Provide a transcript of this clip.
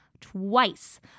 twice